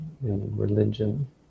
religion